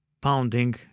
pounding